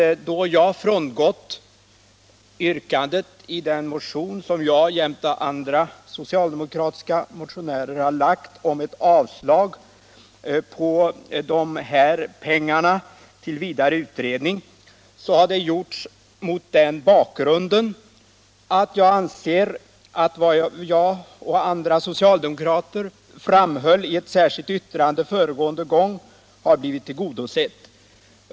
Jag har frångått yrkandet i den motion som jag jämte några andra socialdemokratiska ledmöter väckt om avslag på anslaget till vidare utredning. Det har jag gjort därför att jag anser att de synpunkter jag och några andra socialdemokrater framförde i ett särskilt yttrande förra gången frågan behandlades här blivit tillgodosedda.